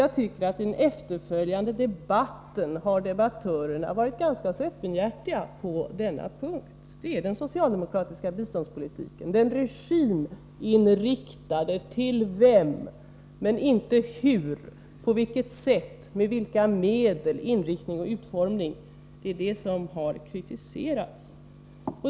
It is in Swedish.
Jag tycker att debattörerna i den efterföljande debatten har varit ganska öppenhjärtiga på denna punkt. Det är den socialdemokratiska regiminriktade biståndspolitiken — till vem, men inte hur, på vilket sätt, med vilka medel, inriktning och utformning — som har kritiserats.